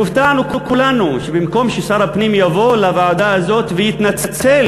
והופתענו כולנו שבמקום ששר הפנים יבוא לוועדה הזאת ויתנצל